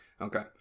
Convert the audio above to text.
Okay